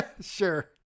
Sure